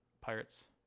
Pirates